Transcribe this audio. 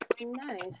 nice